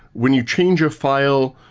when you change a file,